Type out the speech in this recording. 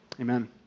amen